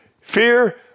fear